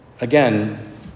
Again